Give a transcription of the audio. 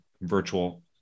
virtual